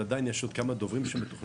אבל עדיין יש עוד כמה דוברים שמתוכננים,